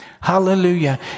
Hallelujah